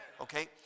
okay